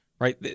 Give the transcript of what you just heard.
Right